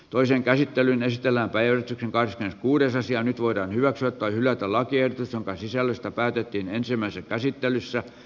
toisen käsittelyn estellä per cars kuudes asia nyt voidaan hyväksyä tai hylätä lakiehdotus jonka sisällöstä päätettiin ensimmäisessä käsittelyssä